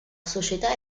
società